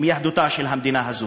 מיהדותה של המדינה הזאת.